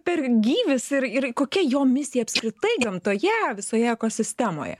per gyvis ir ir kokia jo misija apskritai gamtoje visoje ekosistemoje